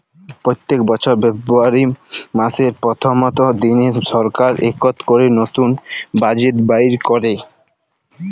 প্যত্তেক বছর ফেরবুয়ারি ম্যাসের পরথম দিলে সরকার ইকট ক্যরে লতুল বাজেট বাইর ক্যরে